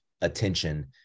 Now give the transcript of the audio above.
attention